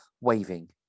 waving